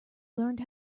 learned